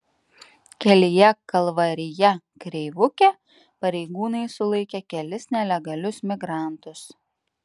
kelyje kalvarija kreivukė pareigūnai sulaikė kelis nelegalius migrantus